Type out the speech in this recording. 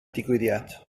digwyddiad